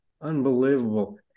Unbelievable